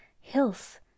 Hills